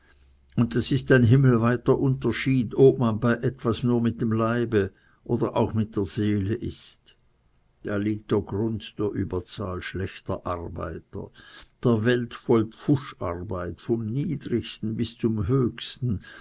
und das ist ein himmelweiter unterschied ob man bei etwas nur mit dem leibe oder auch mit der seele ist da liegt der grund der überzahl schlechter arbeiter der welt voll pfuscharbeit vom niedrigsten bis zum höchsten